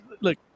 look